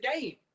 game